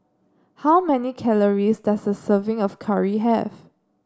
how many calories does a serving of curry have